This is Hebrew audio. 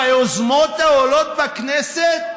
ביוזמות העולות בכנסת?